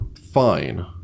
fine